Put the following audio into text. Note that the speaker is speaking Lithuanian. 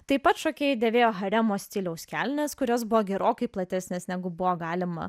taip pat šokėjai dėvėjo haremo stiliaus kelnes kurios buvo gerokai platesnės negu buvo galima